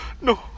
no